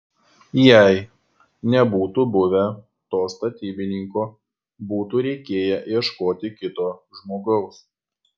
jei nebūtų buvę to statybininko būtų reikėję ieškoti kito žmogaus